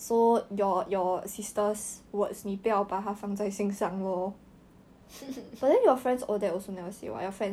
I can post for your birthday then what's the point